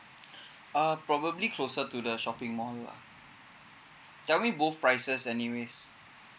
uh probably closer to the shopping mall lah tell me both prices anyways